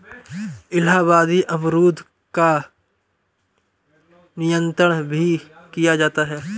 इलाहाबादी अमरूद का निर्यात भी किया जाता है